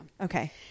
Okay